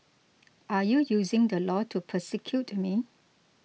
are you using the law to persecute me